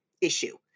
issue